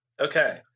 okay